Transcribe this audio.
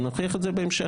ונוכיח את זה בהמשך.